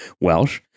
Welsh